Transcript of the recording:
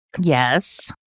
Yes